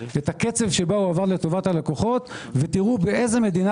את הקצב שבה עובר לטובת הלקוחות ותראו באיזו מדינה